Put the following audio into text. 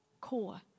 core